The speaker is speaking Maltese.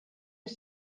hux